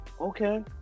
okay